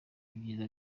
ibyiza